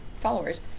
followers